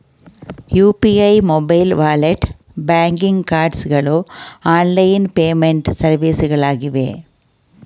UPI, mobile wallet, banking cards ಗಳು online payment ಸರ್ವಿಸ್ಗಳಾಗಿವೆ